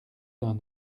d’un